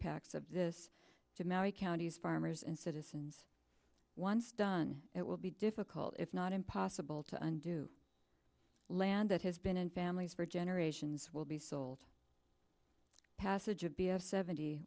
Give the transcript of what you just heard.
packs of this to maori counties farmers and citizens once done it will be difficult if not impossible to undo land that has been in families for generations will be sold passage of b of seventy